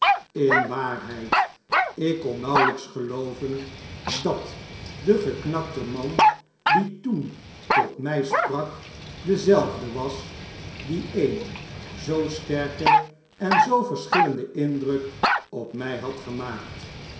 in waarheid ik kon nauwelyks gelooven dat de geknakte man die toen tot my sprak dezelfde was die een zoo sterken en zoo verschillenden indruk op my had gemaakt